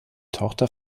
tochter